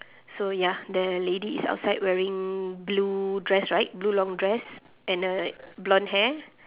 so ya the lady is outside wearing blue dress right blue long dress and uh blonde hair